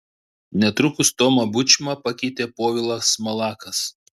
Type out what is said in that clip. netrukus tomą bučmą pakeitė povilas malakas